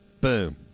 boom